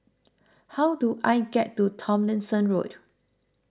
how do I get to Tomlinson Road